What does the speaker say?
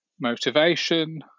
motivation